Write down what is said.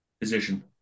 Position